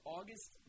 August